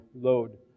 load